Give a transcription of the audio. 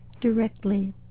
directly